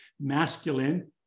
masculine